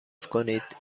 کنید